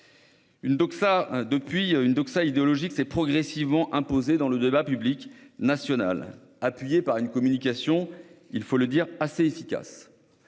Une doxa idéologique s'est progressivement imposée dans le débat public national, appuyée par une communication- il faut le dire -assez efficace.